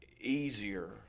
easier